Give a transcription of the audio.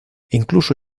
incluso